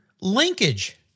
Linkage